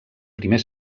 primer